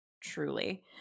Truly